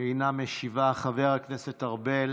אינה משיבה, חבר הכנסת ארבל,